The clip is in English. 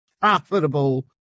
profitable